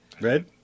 Red